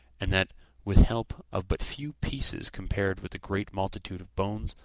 and that with help of but few pieces compared with the great multitude of bones,